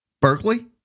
berkeley